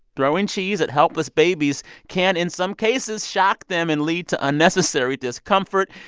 throwing cheese at helpless babies can, in some cases, shock them and lead to unnecessary discomfort.